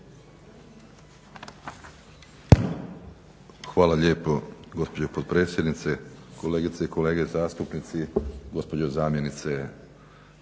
Hvala lijepo gospođo potpredsjednice, kolegice i kolege zastupnici, gospođo zamjenice